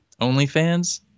OnlyFans